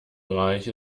bereich